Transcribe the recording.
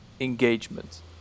engagement